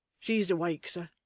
she's awake, sir